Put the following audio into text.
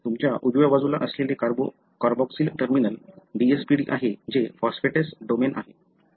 तुमच्या उजव्या बाजूला असलेले कार्बोक्सिल टर्मिनल DSPD आहे जे फॉस्फेटेस डोमेन आहे